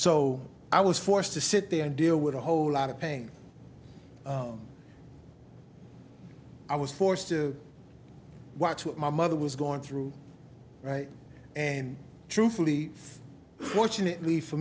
so i was forced to sit there and deal with a whole lot of pain i was forced to watch what my mother was going through and truthfully fortunately for